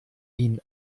ihn